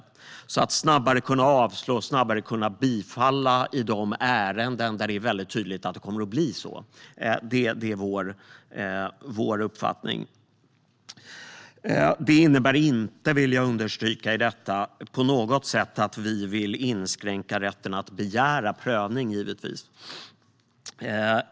Det är vår uppfattning att man snabbare ska kunna avslå och snabbare kunna bifalla i de ärenden där det är tydligt vilket beslutet blir. Jag vill understryka att detta inte innebär att vi på något sätt vill inskränka rätten att begära prövning.